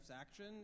action